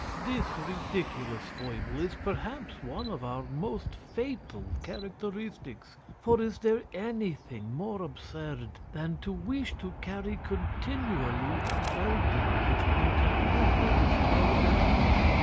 this ridiculous foible is perhaps one of our most fatal characteristics for is there anything more absurd than to wish to carry continually a burden which one can always throw down?